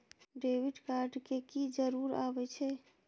Debit card के की जरूर आवे छै?